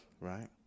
right